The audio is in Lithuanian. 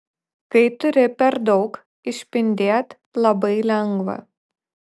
kai turi per daug išpindėt labai lengva